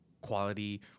quality